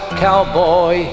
cowboy